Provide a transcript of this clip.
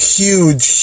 huge